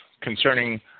concerning